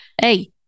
Hey